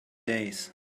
days